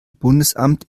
bundesamt